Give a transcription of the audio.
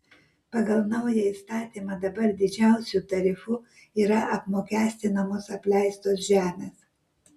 pagal naują įstatymą dabar didžiausiu tarifu yra apmokestinamos apleistos žemės